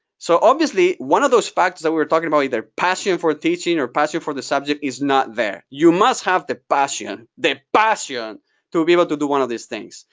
so obviously one of those factors that we were talking about, either passion for teaching or passion for the subject is not there. you must have the passion, the passion to be able to do one of these things.